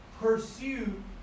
Pursue